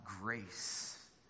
grace